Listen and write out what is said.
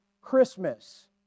Christmas